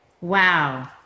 Wow